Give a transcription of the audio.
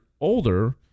older